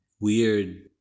weird